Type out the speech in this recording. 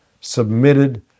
submitted